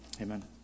Amen